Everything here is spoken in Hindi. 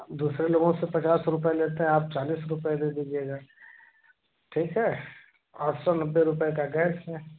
दूसरे लोगों से पचास रुपये लेते हैं आप चालीस रुपये दे दीजिएगा ठीक है आठ सौ नब्बे रुपये का गैस है